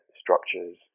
structures